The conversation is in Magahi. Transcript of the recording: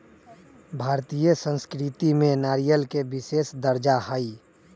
भारतीय संस्कृति में नारियल के विशेष दर्जा हई